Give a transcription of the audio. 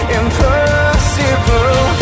impossible